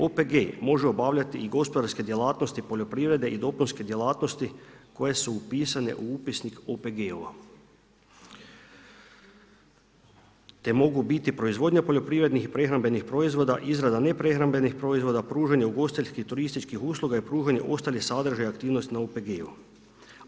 OPG može obavljati i gospodarske djelatnosti poljoprivrede i dopunske djelatnosti koje su upisane u upisniku OPG-ova te mogu biti proizvodnja poljoprivrednih i prehrambenih proizvoda, izrada neprehrambenih proizvoda, pružanje ugostiteljskih, turističkih usluga i pružanje ostalih sadržaja i aktivnosti na OPG-u.